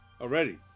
Already